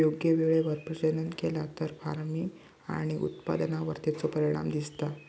योग्य वेळेवर प्रजनन केला तर फार्मिग आणि उत्पादनावर तेचो परिणाम दिसता